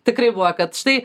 tikrai buvo kad štai